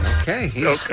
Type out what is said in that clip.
okay